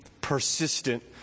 persistent